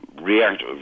react